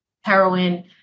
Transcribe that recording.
heroin